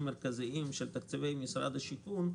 מרכזיים של תקציבי משרד הבינוי והשיכון.